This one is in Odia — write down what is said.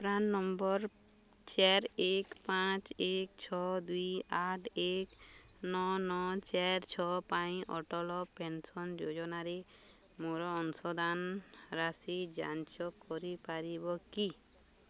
ପ୍ରାନ୍ ନମ୍ବର ଚାରି ଏକ ପାଞ୍ଚ ଏକ ଛଅ ଦୁଇ ଆଠ ଏକ ନଅ ନଅ ଚାରି ଛଅ ପାଇଁ ଅଟଳ ପେନ୍ସନ୍ ଯୋଜନାରେ ମୋର ଅଂଶଦାନ ରାଶି ଯାଞ୍ଚ କରିପାରିବ କି